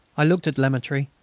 i looked at lemaitre,